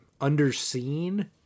underseen